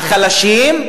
החלשים,